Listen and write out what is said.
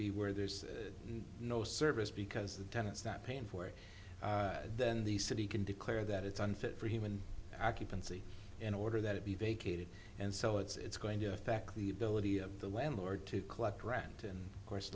be where there's no service because the tenants not paying for it then the city can declare that it's unfit for human occupancy in order that it be vacated and so it's going to affect the ability of the landlord to collect rent and of course